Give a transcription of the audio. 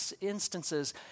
instances